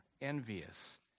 envious